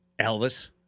Elvis